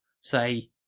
say